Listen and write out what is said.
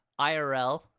IRL